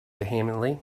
vehemently